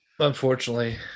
Unfortunately